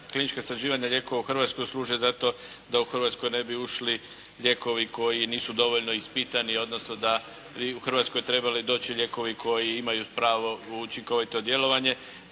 klinička istraživanja lijekova u Hrvatskoj služe zato da u Hrvatsku ne bi ušli lijekovi koji nisu dovoljno ispitani, odnosno da bi u Hrvatskoj trebali doći lijekovi koji imaju pravo učinkovito djelovanje.